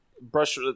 Brush